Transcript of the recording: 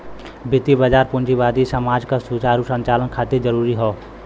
वित्तीय बाजार पूंजीवादी समाज के सुचारू संचालन खातिर जरूरी हौ